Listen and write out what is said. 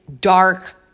dark